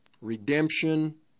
redemption